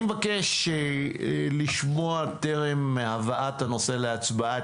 אני מבקש לשמוע טרם הבאת הנושא להצבעה את